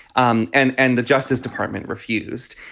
um and and the justice department refused.